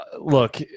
look